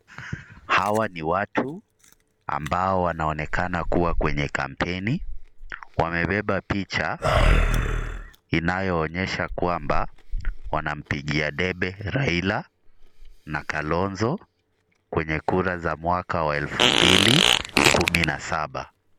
Hawa ni watu ambao wanaonekana kuwa kwenye kampeni. Wamebeba picha inayoonyesha kwamba, wanampigia debe Raila na Kalonzo kwenye kura za 2017.